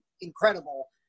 incredible